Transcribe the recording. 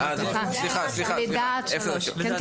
ומטה.